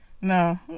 no